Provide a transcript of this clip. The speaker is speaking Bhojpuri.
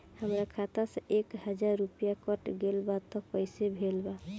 हमार खाता से एक हजार रुपया कट गेल बा त कइसे भेल बा?